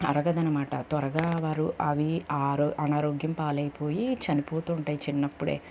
అరగదనమాట త్వరగా వారు అవి ఆరు అనారోగ్యం పాలైపోయి చనిపోతుంటాయి చిన్నప్పుడే